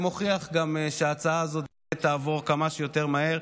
וגם מוכיח שההצעה הזאת תעבור כמה שיותר מהר.